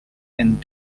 and